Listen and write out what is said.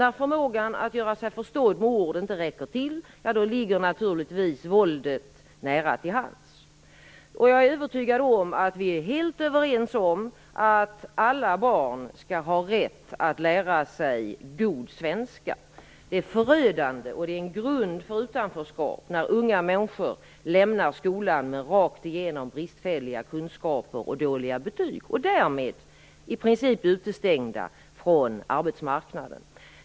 När förmågan att göra sig förstådd med ord inte räcker till ligger naturligtvis våldet nära till hands. Jag är övertygad om att vi är helt överens om att alla barn skall ha rätt att lära sig god svenska. Det är förödande och en grund för utanförskap när unga människor lämnar skolan med rakt igenom bristfälliga kunskaper och dåliga betyg och därmed i princip blir utestängda från arbetsmarknaden.